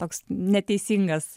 toks neteisingas